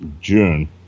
june